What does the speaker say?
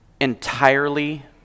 Entirely